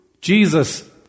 Jesus